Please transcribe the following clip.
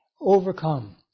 overcome